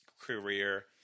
career